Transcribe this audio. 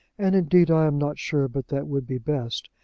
and indeed i am not sure but that would be best.